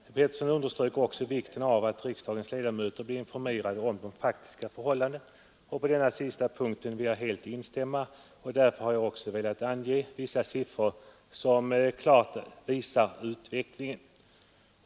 Herr Pettersson underströk vikten av att riksdagens ledamöter blir informerade om de faktiska förhållandena, och på denna sista punkt vill jag helt instämma med nonom. Därför vill jag också ange några siffror som klart visar utvecklingen.